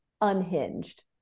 unhinged